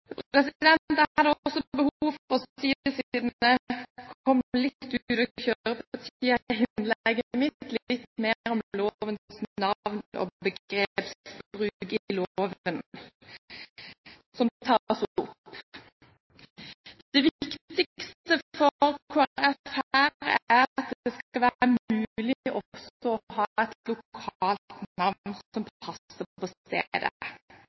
å kjøre med hensyn til taletiden i mitt hovedinnlegg, men jeg hadde også behov for å si litt mer om lovens navn og begrepsbruk i loven som tas opp. Det viktigste her for Kristelig Folkeparti er at det skal være mulig å ha et lokalt navn som passer på